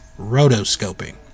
rotoscoping